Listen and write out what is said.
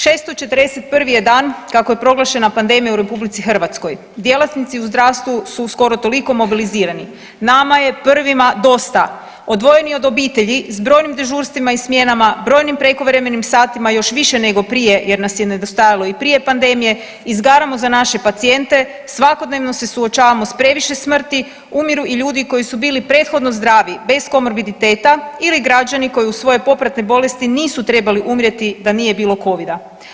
641. je dan kako je proglašena pandemija u RH, djelatnici u zdravstvu su skoro toliko mobilizirani, nama je prvima dosta, odvojeni od obitelji s brojnim dežurstvima i smjenama, brojnim prekovremenim satima još više nego prije jer nas je nedostajalo i prije pandemije izgaramo za naše pacijente, svakodnevno se suočavamo s previše smrti, umiru i ljudi koji su bili prethodno zdravi, bez komorbiditeta ili građani koji uz svoje popratne bolesti nisu trebali umirati, da nije bilo Covida.